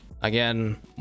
again